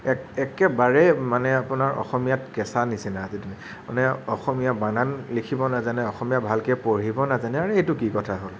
এক একেবাৰে মানে অসমীয়াত কেঁচা নিচিনা মানে অসমীয়া বানান লিখিব নাজানে অসমীয়া ভালকে পঢ়িব নাজানে আৰে এইটো কি কথা হ'ল